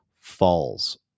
falls